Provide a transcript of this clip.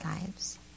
lives